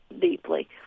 deeply